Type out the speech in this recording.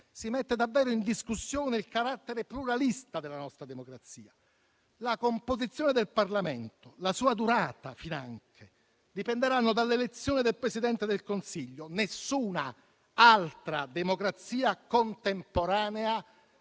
si mette davvero in discussione il carattere pluralista della nostra democrazia. La composizione del Parlamento e finanche la sua durata finanche, dipenderanno dall'elezione del Presidente del Consiglio. Nessun'altra democrazia contemporanea